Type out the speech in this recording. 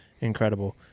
incredible